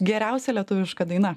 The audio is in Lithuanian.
geriausia lietuviška daina